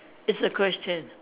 it's a question